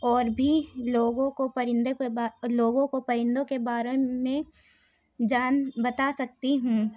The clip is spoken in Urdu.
اور بھی لوگوں کو پرندوں کے بارے لوگوں کو پرندوں کے بارے میں جان بتا سکتی ہوں